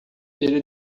ele